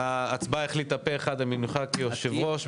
הוועדה החליטה פה-אחד למנות אותך ליושב-ראש.